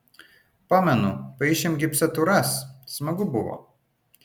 pamenu paišėm gipsatūras smagu buvo